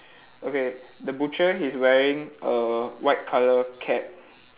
okay the butcher he's wearing a white colour cap